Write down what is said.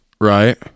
Right